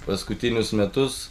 paskutinius metus